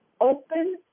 Open